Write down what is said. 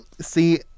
See